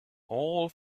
all